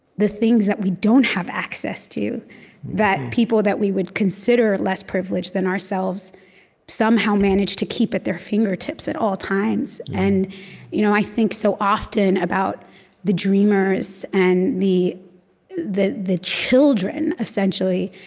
the things that we don't have access to that people that we would consider less privileged than ourselves somehow manage to keep at their fingertips at all times and you know i think so often about the dreamers and the the children, essentially,